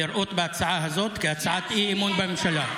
לראות בהצעה הזאת הצעת אי-אמון בממשלה.